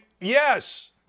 yes